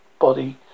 body